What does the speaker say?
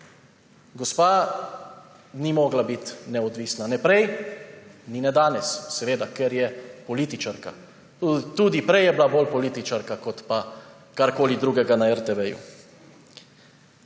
Gospa ni mogla biti neodvisna ne prej ni ne danes, seveda, ker je političarka. Tudi prej je bila bolj političarka kot pa karkoli drugega na RTV.